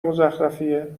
مزخرفیه